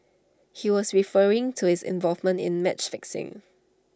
he was referring to his involvement in match fixing